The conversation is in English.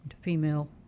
female